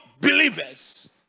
believers